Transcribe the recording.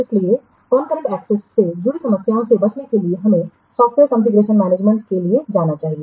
इसलिए concurrent access से जुड़ी समस्याओं से बचने के लिए हमें सॉफ़्टवेयर कॉन्फ़िगरेशनमैनेजमेंट के लिए जाना चाहिए